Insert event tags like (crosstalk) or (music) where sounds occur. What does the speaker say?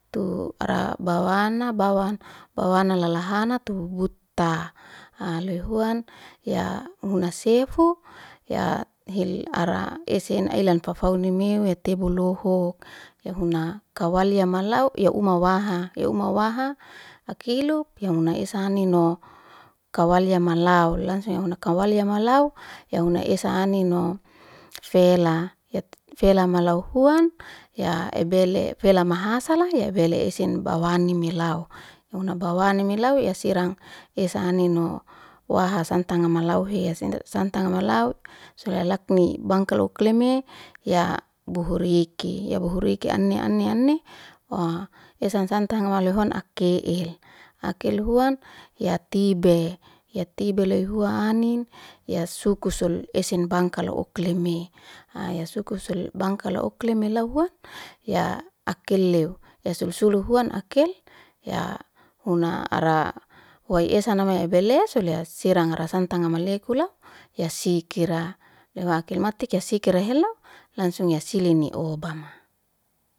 Tu ra bawana, bawana lala hana tu hut'ta loy huan ya huna sefu ya hilara esen ai lan fau- fauni meu etebu lohuk ya huna kawal ya malau yak uma waha ya uma waha ya akelup ya muna esa anino kawal ya malau langsung ya huna kawal ya malau ya huna esa anino fel (hesitation) fela mala huan ya ebele fela maha sala ebele esen bwani melau. Huna bawani melau ya serang esan anino waha santang malauhe. (unintelligible) santang malau suda lakni bangkala ukleme ya buhuriki, ya buhuriki ani ani ani hoa esa santanga haloy huan ake'el, akael hua ya tibe, ya tibe loy hua anin ya suku sul esen bangkala ukleme ya suku sul bangkala ulkeme lau hua ya akeleo, ya sulsulu loy huan akel ya hun ara huwai esan nama ebele solea serang ra santanga malekula ya sikir, leu akil matika sikira heloy langsung ya silini obama.